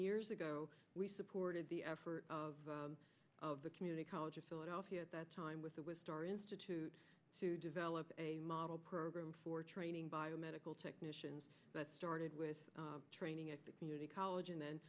years ago we supported the effort of of the community college of philadelphia at that time with the with star institute to develop a model program for training biomedical technicians that started with training at the community college and then